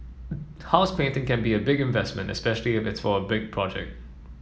house painting can be a big investment especially if it's for a large project